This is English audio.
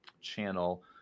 channel